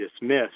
dismissed